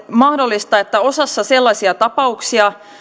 mahdollista että osassa sellaisia tapauksia